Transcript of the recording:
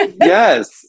Yes